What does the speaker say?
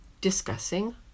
discussing